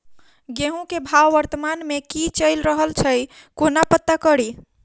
गेंहूँ केँ भाव वर्तमान मे की चैल रहल छै कोना पत्ता कड़ी?